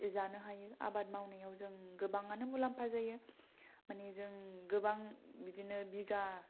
जानो हायो आबाद मावनायाव जों गोबांआनो मुलामफा जायो मानि जों गोबां बिदिनो बिगा